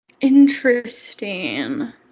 Interesting